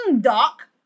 Doc